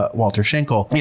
but walter tschinkel,